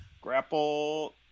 Grapple